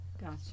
Gotcha